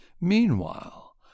Meanwhile